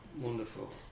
wonderful